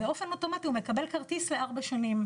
באופן אוטומטי הוא מקבל כרטיס לארבע שנים,